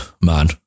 man